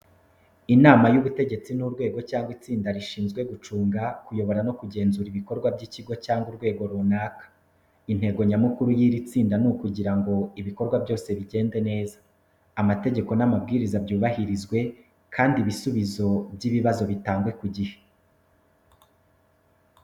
Inama y’Ubutegetsi ni urwego cyangwa itsinda rishinzwe gucunga, kuyobora no kugenzura ibikorwa by’ikigo cyangwa urwego runaka. Intego nyamukuru y’iri tsinda ni ukugira ngo ibikorwa byose bigende neza, amategeko n’amabwiriza yubahirizwe, kandi ibisubizo by’ibibazo bitangwe ku gihe.